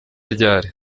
ryari